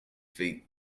feat